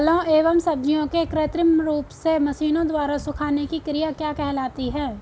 फलों एवं सब्जियों के कृत्रिम रूप से मशीनों द्वारा सुखाने की क्रिया क्या कहलाती है?